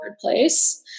place